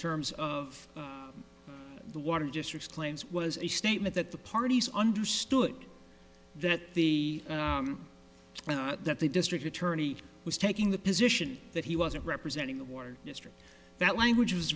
terms of the water district claims was a statement that the parties understood that the that the district attorney was taking the position that he wasn't representing the ward district that language was